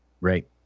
Right